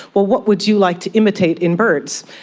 what what would you like to imitate in birds?